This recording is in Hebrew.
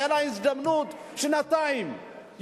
היתה לה הזדמנות שנתיים,